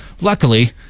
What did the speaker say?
Luckily